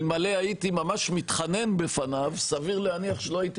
אלמלא הייתי ממש מתחנן אליו סביר להניח שלא הייתי